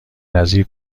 نظیر